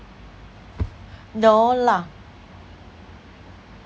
no lah